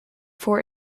for